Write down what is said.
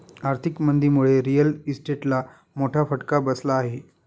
आर्थिक मंदीमुळे रिअल इस्टेटला मोठा फटका बसला आहे